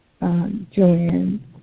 Joanne